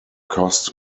cost